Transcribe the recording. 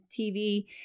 TV